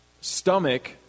stomach